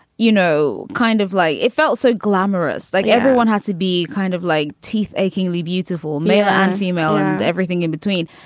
you know, kind of like it felt so glamorous, like everyone had to be kind of like teeth, achingly beautiful, male and female and everything in between.